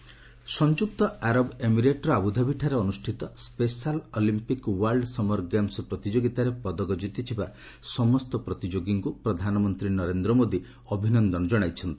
PM special Olympics ସଂଯୁକ୍ତ ଆରବ ଏମିରେଟ୍ର ଆବୁଧାବିଠାରେ ଅନୁଷ୍ଠିତ special Olympics world summer games ପ୍ରତିଯୋଗିତାରେ ପଦକ ଜିତିଥିବା ସମସ୍ତ ପ୍ରତିଯୋଗୀଙ୍କୁ ପ୍ରଧାନମନ୍ତ୍ରୀ ନରେନ୍ଦ୍ର ମୋଦି ଅଭିନନ୍ଦନ ଜଣାଇଛନ୍ତି